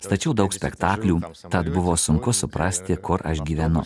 stačiau daug spektaklių tad buvo sunku suprasti kur aš gyvenu